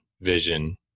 vision